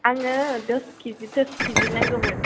आङो दस किजि दस किजि नांगौमोन